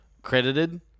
credited